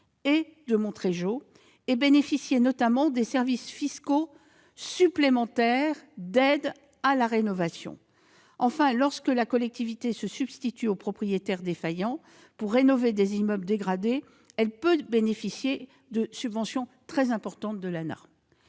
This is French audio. pourraient notamment bénéficier de dispositifs fiscaux supplémentaires d'aide à la rénovation. Enfin, lorsque la collectivité se substitue aux propriétaires défaillants pour rénover des immeubles dégradés, elle peut bénéficier de subventions très importantes de la